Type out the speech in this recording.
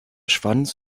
schwanz